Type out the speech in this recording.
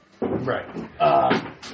Right